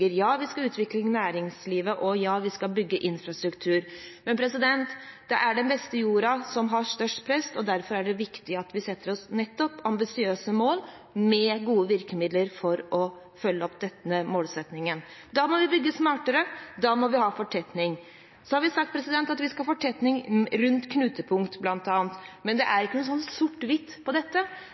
Ja, vi skal utvikle næringslivet. Og ja, vi skal bygge infrastruktur. Men det er den beste jorda som er under størst press, og derfor er det viktig at vi setter oss nettopp ambisiøse mål med gode virkemidler for å følge opp denne målsettingen. Da må vi bygge smartere, da må vi ha fortetning. Så har vi sagt at vi skal ha fortetning rundt knutepunkter, bl.a., men dette er ikke svart-hvitt. Det er ikke sånn